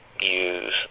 use